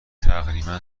تقریبا